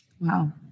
Wow